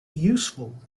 useful